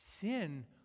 Sin